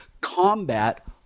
combat